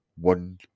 one